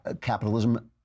Capitalism